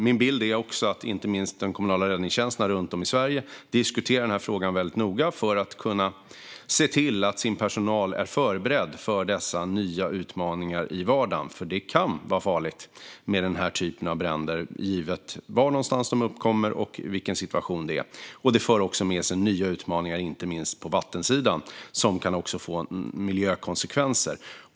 Min bild är också att inte minst de kommunala räddningstjänsterna runt om i Sverige diskuterar den här frågan väldigt noga för att kunna se till att deras personal är förberedd för dessa nya utmaningar i vardagen. Det kan vara farligt med den här typen av bränder beroende på var de uppstår och vilken situation som råder. Det här för också med sig nya utmaningar, inte minst på vattensidan, som kan få miljökonsekvenser.